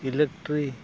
electric